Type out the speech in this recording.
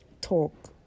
talk